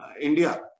India